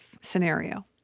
scenario